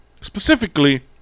specifically